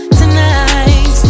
tonight